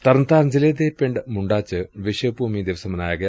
ਤਰਨਤਾਰਨ ਜ਼ਿਲੇ ਦੇ ਪਿੰਡ ਮੁੰਡਾ ਚ ਵਿਸ਼ਵ ਭੁਮੀ ਦਿਵਸ ਮਨਾਇਆ ਗਿਆ